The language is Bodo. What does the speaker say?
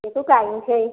बेखौ गायनोसै